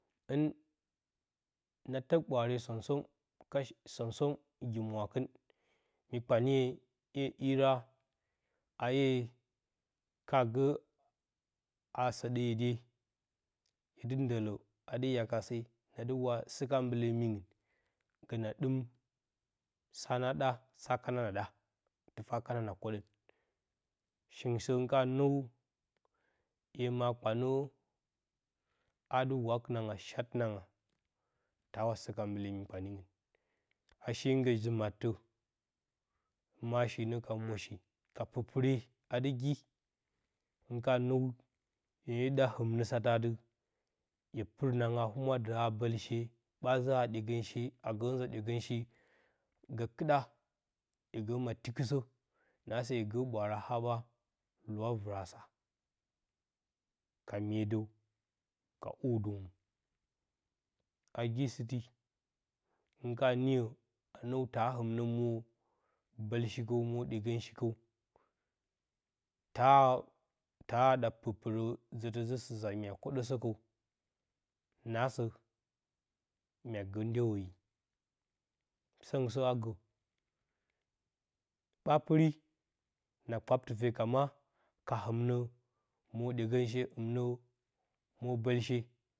Hɨn na tək ɓwaare som som kash somsan gi mwakɨn mii kpa nye ‘ye ira, a hye ka gəə a səɗə yedye nadɨ ndələ a dɨ yaa ka se, nadɨ wa sɨka mbale mɨngɨn, gə na ɗim sa na ɗa, sa kana naɗə, tɨfa kana na kwəɗən shingɨn sə hɨn kana nəw hye ma kpanə a dɨ wak nanga, shat nanga, taa wa sɨ ka mbale mi kpanyi ngɨn, a shi hɨn gə ji mattə himashinə ka mwoshi ka pirpire adɨ gi, hɨn kana nəw hye dɨ ɗa hɨmnə satə adɨ hye pir nanga hye pir nanga a humwa dɨ a bəlshe, ɓaa zəhaa ɗyegənshe agə nzə ɗyegonshi gə kɨɗa, hye gə ma tikɨsə naasə hye gə ɓwaara aɓa lɨwa vɨrasa ka myedəw, ka hweɗəw nə, agi sɨti hɨn kana niyo, a nəw ta hɨm nə mwo bəlshi kəw, mwo ɗyegənshi kəw ta ta a ɗa pirpirə zətə zə sɨsa mya kwoɗəsə kəw, nagsə mya gə ndyewoyi, səngɨn sə agə ɓaa pɨri, na kpap tɨpe, ka ma, ka hɨmnə mwo ɗyegənshe, hɨmnə mwo bəlshe.